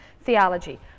theology